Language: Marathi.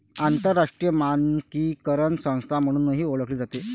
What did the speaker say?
आंतरराष्ट्रीय मानकीकरण संस्था म्हणूनही ओळखली जाते